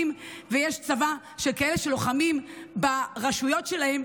ויש צבא של כאלה שלוחמים ברשויות שלהם,